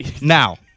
Now